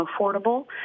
affordable